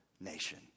nation